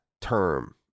term